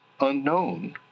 unknown